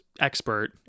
expert